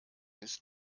ist